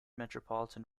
metropolitan